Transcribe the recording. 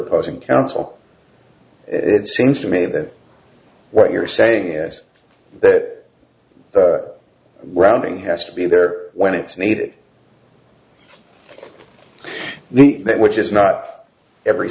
opposing counsel it seems to me that what you're saying is that rounding has to be there when it's needed the that which is not every